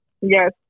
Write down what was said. Yes